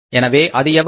எனவே அது எவ்வளவு